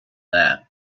that